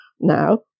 now